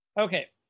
Okay